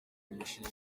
imishinga